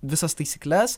visas taisykles